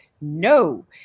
No